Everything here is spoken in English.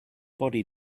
body